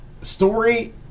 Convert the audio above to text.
Story